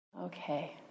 Okay